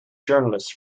journalist